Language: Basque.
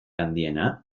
handiena